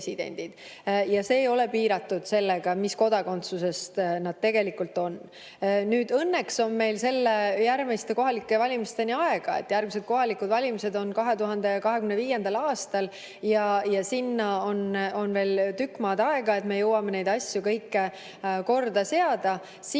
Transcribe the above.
See ei ole piiratud sellega, mis kodakondsusega nad tegelikult on. Õnneks on meil järgmiste kohalike valimisteni aega, järgmised kohalikud valimised on 2025. aastal. Sinna on veel tükk maad aega ja me jõuame neid asju korda seada.